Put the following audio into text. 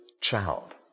child